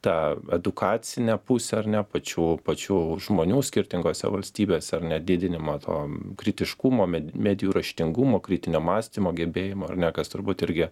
tą edukacinę pusę ar ne pačių pačių žmonių skirtingose valstybėse ar ne didinimo to kritiškumo med medijų raštingumo kritinio mąstymo gebėjimų ar ne kas turbūt irgi